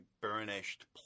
burnished